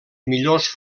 millors